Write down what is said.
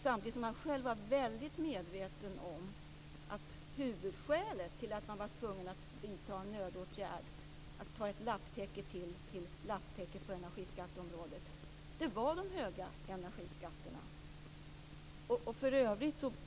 Samtidigt var man själv mycket medveten om att huvudskälet till att man var tvungen att vidta en nödåtgärd, att sätta en lapp till på lapptäcket på energiskatteområdet, var de höga energiskatterna.